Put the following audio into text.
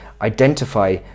identify